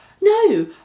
no